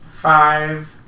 five